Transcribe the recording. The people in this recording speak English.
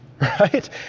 right